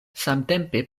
samtempe